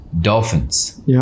Dolphins